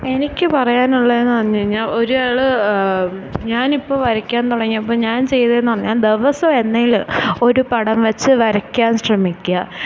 എനിക്ക് പറയാനുള്ളത് എന്ന് പറഞ്ഞുകഴിഞ്ഞാൽ ഒരാള് ഞാനിപ്പോൾ വരക്കാൻ തുടങ്ങിയപ്പോൾ ഞാൻ ചെയ്തതെന്ന് പറഞ്ഞാൽ ദിവസവും എന്തേലും ഒര് പടം വെച്ച് വരക്കാൻ ശ്രമിക്കുക